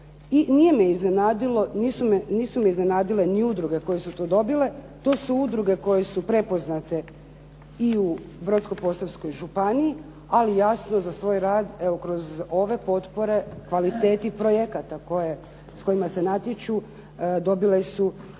nije me iznenadilo, nisu me iznenadile ni udruge koje su to dobile. To su udruge koje su prepoznate i u Brodsko-posavskoj županiji, ali jasno za svoj rad evo kroz ove potpore kvaliteti projekata s kojima se natječu dobile su